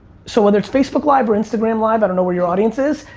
so whether it's facebook live or instagram live, i don't know where you're audience is.